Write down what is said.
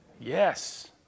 Yes